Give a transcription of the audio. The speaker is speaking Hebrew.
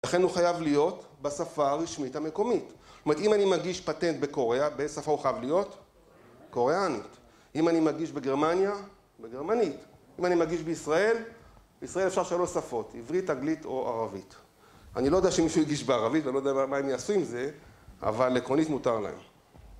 ולכן הוא חייב להיות בשפה הרשמית המקומית זאת אומרת, אם אני מגיש פטנט בקוריאה, באיזו שפה הוא חייב להיות? הוא חייב להיות קוריאנית. אם אני מגיש בגרמניה, בגרמנית אם אני מגיש בישראל? בישראל אפשר שלוש שפות, עברית, אגלית או ערבית. אני לא יודע שמישהו יגיש בערבית ולא יודע מה הם יעשו עם זה, אבל עקרונית מותר להם